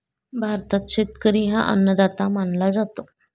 भारतात शेतकरी हा अन्नदाता मानला जातो